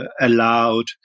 allowed